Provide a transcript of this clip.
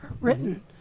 written